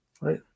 right